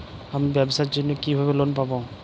আমি ব্যবসার জন্য কিভাবে লোন পাব?